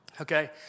Okay